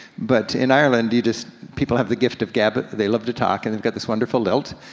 but in ireland, you just, people have the gift of gab, they love to talk, and they've got this wonderful lilt.